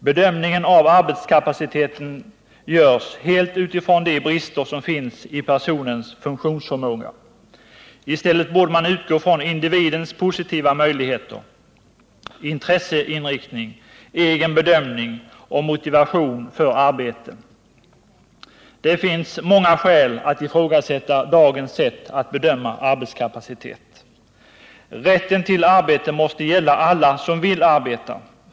Bedömningen av arbetskapaciteten görs helt utifrån de brister som finns i personens funktionsförmåga. I stället borde man utgå från individens positiva möjligheter, intresseinriktning, egen bedömning och motivation för arbete. Det finns många skäl att ifrågasätta dagens sätt att bedöma arbetskapacitet. Rätten till arbete måste gälla alla som vill arbeta.